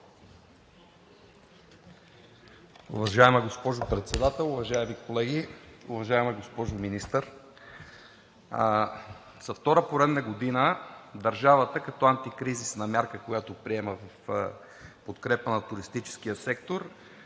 Уважаема госпожо Председател, уважаеми колеги! Уважаема госпожо Министър, за втора поредна година държавата като антикризисна мярка, която приема в подкрепа на туристическия сектор,